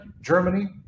Germany